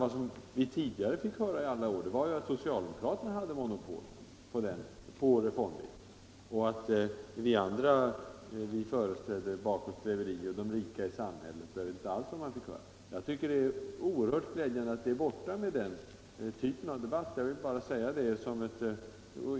Vad vi tidigare i alla år fick höra var att socialdemokraterna hade monopol på reformvilja och att vi andra företrädde bakåtsträveriet och de rika i samhället. Det är bra att den typen av debatt är borta.